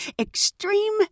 extreme